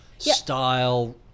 style